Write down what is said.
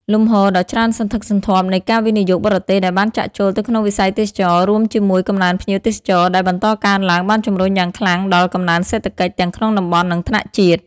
លំហូរដ៏ច្រើនសន្ធឹកសន្ធាប់នៃ ការវិនិយោគបរទេស ដែលបានចាក់ចូលទៅក្នុងវិស័យទេសចរណ៍ រួមជាមួយ កំណើនភ្ញៀវទេសចរ ដែលបន្តកើនឡើង បានជំរុញយ៉ាងខ្លាំងដល់ កំណើនសេដ្ឋកិច្ច ទាំងក្នុងតំបន់ និងថ្នាក់ជាតិ។